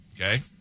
Okay